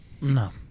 No